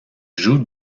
joue